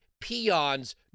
peons